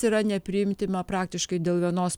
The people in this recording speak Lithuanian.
yra nepriimtima praktiškai dėl vienos